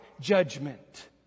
judgment